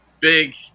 Big